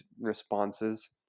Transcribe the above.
responses